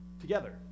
together